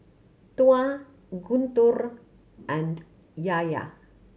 Tuah Guntur and Yahya